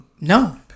No